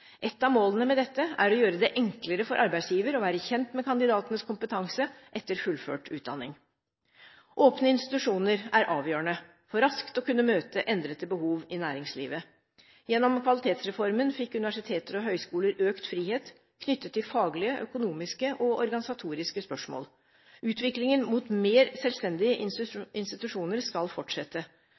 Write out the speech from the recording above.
Et av målene med dette er å gjøre det enklere for arbeidsgiver å være kjent med kandidatens kompetanse etter fullført utdanning. Åpne institusjoner er avgjørende for raskt å kunne møte endrede behov i næringslivet. Gjennom Kvalitetsreformen fikk universiteter og høyskoler økt frihet knyttet til faglige, økonomiske og organisatoriske spørsmål. Utviklingen mot mer selvstendige institusjoner skal fortsette.